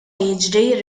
jiġri